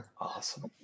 Awesome